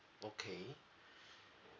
okay